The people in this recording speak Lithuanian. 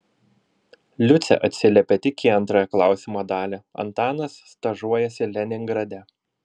liucė atsiliepė tik į antrąją klausimo dalį antanas stažuojasi leningrade